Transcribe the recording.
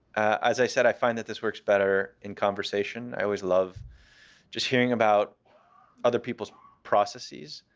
as i said, i find that this works better in conversation. i always love just hearing about other people's processes.